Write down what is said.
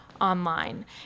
online